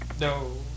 No